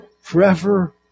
Forever